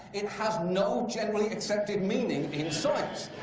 it has no generally accepted meaning in science.